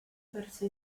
perso